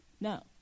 No